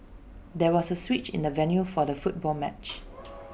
there was A switch in the venue for the football match